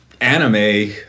anime